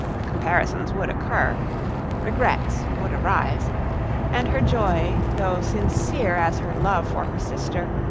comparisons would occur regrets would arise and her joy, though sincere as her love for her sister,